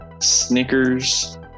Snickers